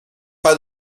pas